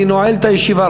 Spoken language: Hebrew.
אני נועל את הישיבה,